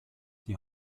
die